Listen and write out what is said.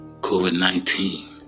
COVID-19